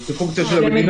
זה ויש מדינות שלא דורשות.